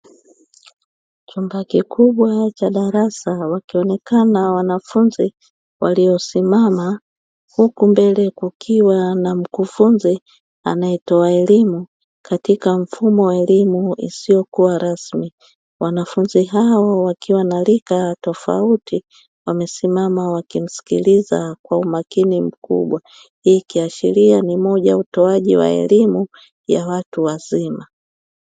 Chumba kikubwa cha darasa wakionekana wanafunzi waliosimama, huku mbele kukiwa na mkufunzi anayetoa elimu katika mfumo wa elimu usiokuwa rasmi; wanafunzi hao wakiwa na rika tofauti wamesimama wakimsikiliza kwa umakini mkubwa, ikiashiria ni moja ya utoaji wa elimu ya watu wazima.